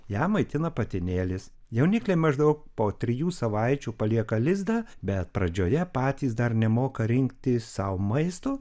ją maitina patinėlis jaunikliai maždaug po trijų savaičių palieka lizdą bet pradžioje patys dar nemoka rinkti sau maisto